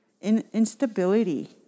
instability